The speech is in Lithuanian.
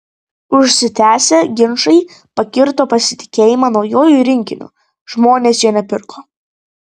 užsitęsę ginčai pakirto pasitikėjimą naujuoju rinkiniu žmonės jo nepirko